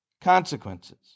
consequences